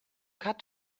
cut